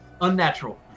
Unnatural